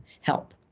help